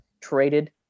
traded